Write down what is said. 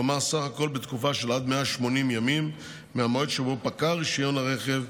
כלומר סך הכול בתקופה של עד 180 ימים מהמועד שבו פקע רישיון הרכב,